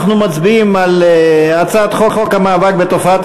אנחנו מצביעים על הצעת חוק המאבק בתופעת